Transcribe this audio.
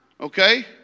Okay